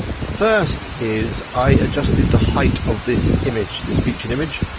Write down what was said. the first is, i adjusted the height of this image, this featured image.